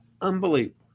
Unbelievable